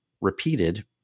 repeated